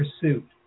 pursuit